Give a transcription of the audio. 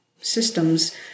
systems